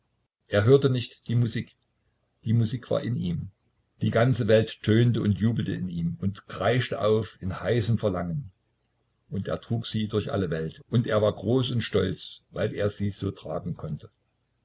er hörte nicht die musik die musik war in ihm die ganze welt tönte und jubelte in ihm und kreischte auf in heißem verlangen und er trug sie durch alle welt und er war groß und stolz weil er sie so tragen konnte